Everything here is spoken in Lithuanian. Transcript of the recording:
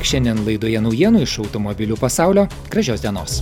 šiandien laidoje naujienų iš automobilių pasaulio gražios dienos